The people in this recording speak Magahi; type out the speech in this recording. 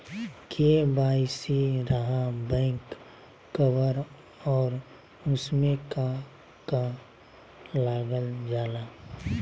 के.वाई.सी रहा बैक कवर और उसमें का का लागल जाला?